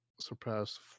surpassed